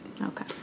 Okay